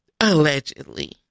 Allegedly